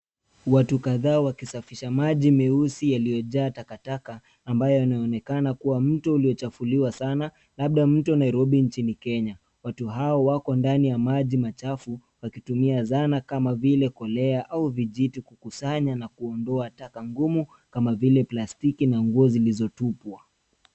Watu kadhaa wakisafisha maji meusi yaliyojaa takataka ambayo yanaonekana kuwa mto uliochafuliwa sana labda mto Nairobi nchini Kenya. Watu hawa wako ndani ya maji machafu wakitumia zana kama vile kolea au vijiti kukusanya na kuondoa taka ngumu kama vile plastiki na nguo zilizotupwa.